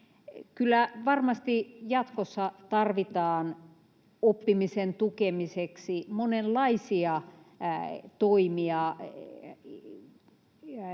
varmasti jatkossa tarvitaan oppimisen tukemiseksi monenlaisia toimia,